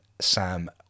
Sam